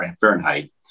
Fahrenheit